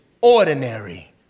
ordinary